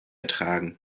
ertragen